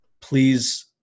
Please